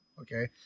Okay